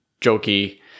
jokey